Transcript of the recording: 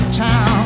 town